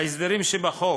ההסדרים שבחוק,